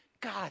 God